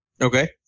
Okay